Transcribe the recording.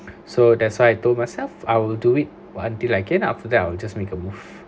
so that's why I told myself I would do it until I came out for that I'll just make a move